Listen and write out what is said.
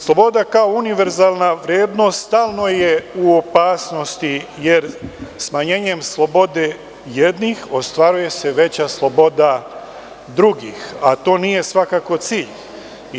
Sloboda kao univerzalna vrednost stalno je u opasnosti, jer smanjenjem slobode jednih ostvaruje se veća sloboda drugih, a to svakako nije cilj.